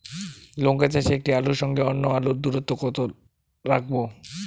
লঙ্কা চাষে একটি আলুর সঙ্গে অন্য আলুর দূরত্ব কত রাখবো?